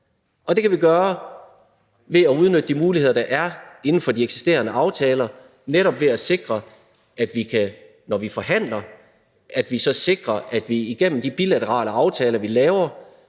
det kan vi gøre ved at udnytte de muligheder, der er, inden for de eksisterende aftaler, netop ved, når vi forhandler, at sikre, at vi gennem de bilaterale aftaler, vi laver,